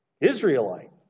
Israelite